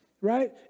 right